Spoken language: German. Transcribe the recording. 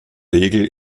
regel